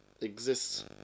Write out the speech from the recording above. Exists